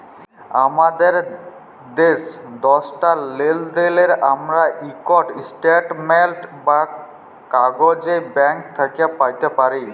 আমাদের শেষ দশটা লেলদেলের আমরা ইকট ইস্ট্যাটমেল্ট বা কাগইজ ব্যাংক থ্যাইকে প্যাইতে পারি